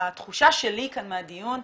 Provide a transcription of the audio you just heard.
התחושה שלי כאן מהדיון,